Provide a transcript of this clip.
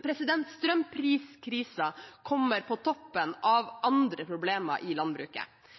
Strømpriskrisen kommer på toppen av andre problemer i landbruket.